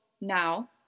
now